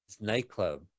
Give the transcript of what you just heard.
Nightclub